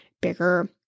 bigger